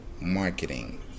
marketing